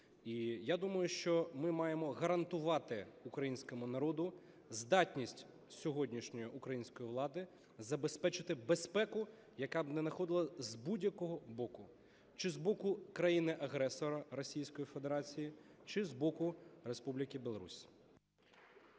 я думаю, що ми маємо гарантувати українському народу здатність сьогоднішньої української влади забезпечити безпеку, яка б не надходила з будь-якого боку: чи з боку країни-агресора Російської Федерації, чи з боку Республіки Білорусь.